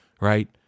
Right